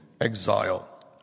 exile